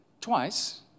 twice